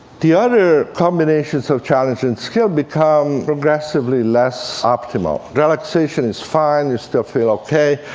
the other combinations of challenge and skill become progressively less optimal. relaxation is fine you still feel ok.